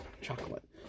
chocolate